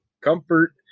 comfort